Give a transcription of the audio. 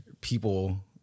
people